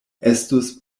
estus